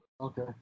Okay